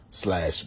slash